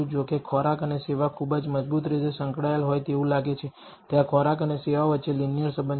જો કે ખોરાક અને સેવા ખૂબ જ મજબૂત રીતે સંકળાયેલ હોય તેવું લાગે છે કે ત્યાં ખોરાક અને સેવા વચ્ચે એક લીનીયર સંબંધ છે